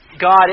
God